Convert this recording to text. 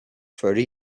thirty